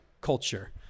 culture